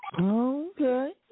Okay